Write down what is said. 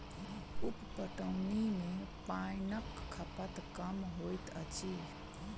उप पटौनी मे पाइनक खपत कम होइत अछि